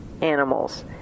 animals